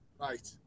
Right